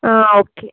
ఆ ఓకే